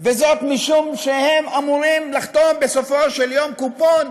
וזאת משום שהם אמורים לחתום בסופו של יום, קופון,